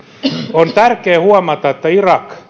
on tärkeää huomata että irak